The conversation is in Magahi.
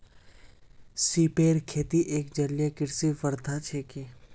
सिपेर खेती एक जलीय कृषि प्रथा छिके